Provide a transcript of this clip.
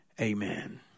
Amen